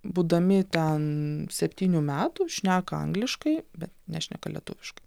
būdami ten septynių metų šneka angliškai bet nešneka lietuviškai